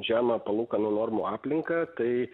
žemą palūkanų normų aplinką tai